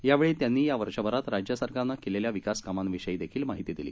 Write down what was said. यावेळी त्यांनी या वर्षभरात राज्य सरकारनं केलेल्या विकासकामांविषयी देखील माहिती दिली